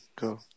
go